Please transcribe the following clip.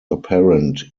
apparent